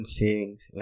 savings